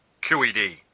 QED